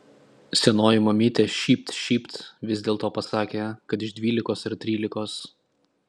senoji mamytė šypt šypt vis dėlto pasakė kad iš dvylikos ar trylikos